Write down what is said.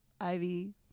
Ivy